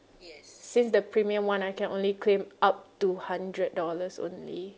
since the premium one I can only claim up to hundred dollars only